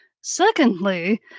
Secondly